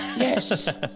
Yes